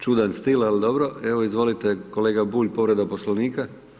Čudan stil, ali dobro, evo izvolite, kojega Bulj povreda poslovnika.